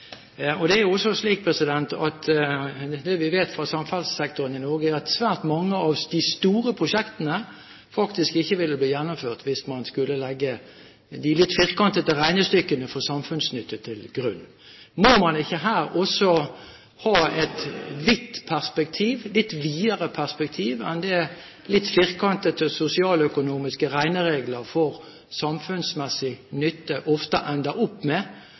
få. Det er jo også slik at det vi vet fra samferdselssektoren i Norge, er at svært mange av de store prosjektene faktisk ikke ville blitt gjennomført hvis man skulle lagt de litt firkantede regnestykkene for samfunnsnytte til grunn. Må man ikke her også ha et litt videre perspektiv enn det litt firkantede sosialøkonomiske regneregler for samfunnsmessig nytte ofte ender opp med,